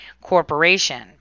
corporation